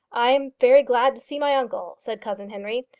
i am very glad to see my uncle, said cousin henry,